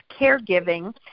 caregiving